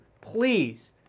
Please